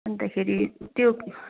अन्तखेरि त्यो